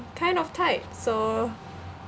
kind of tight so